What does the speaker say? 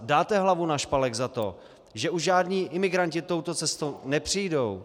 Dáte hlavu na špalek za to, že už žádní imigranti touto cestou nepřijdou?